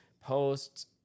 posts